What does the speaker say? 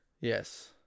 yes